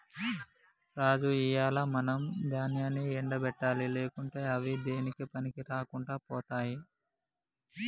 రాజు ఇయ్యాల మనం దాన్యాన్ని ఎండ పెట్టాలి లేకుంటే అవి దేనికీ పనికిరాకుండా పోతాయి